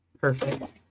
Perfect